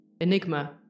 Enigma –